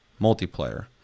multiplayer